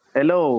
Hello